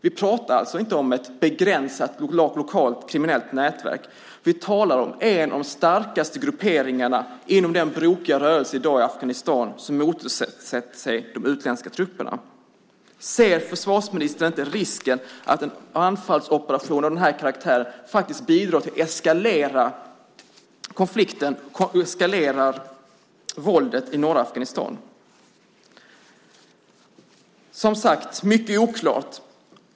Vi pratar alltså inte om ett begränsat, lokalt kriminellt nätverk, utan vi talar om en av de starkaste grupperingarna inom den brokiga rörelse i Afghanistan som i dag motsätter sig de utländska trupperna. Ser inte försvarsministern risken för att en anfallsoperation av den här karaktären bidrar till att konflikten eskalerar, till att våldet eskalerar i norra Afghanistan? Som sagt är mycket oklart.